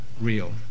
real